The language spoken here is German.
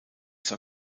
zwar